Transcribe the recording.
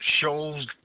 shows